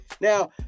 Now